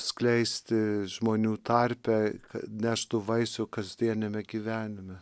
skleisti žmonių tarpe kad neštų vaisių kasdieniame gyvenime